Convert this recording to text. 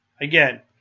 again